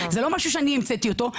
זה לא משהו שאני המצאתי אותו,